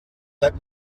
let